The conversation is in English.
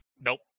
Nope